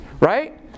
right